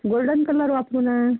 golden colour वापरू ना